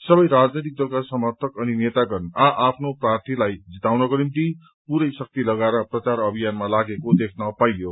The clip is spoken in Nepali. सबै राजनैतिक दलका समर्थक अनि नेतागण आ आफ्नो प्रार्थीलाई जिताउनको निम्ति पूरै शक्ति लगाएर प्रचार अभियानमा लागेको देख्न पाइयो